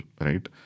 Right